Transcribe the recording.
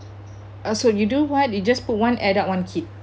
uh so you do what you just put one adult one kid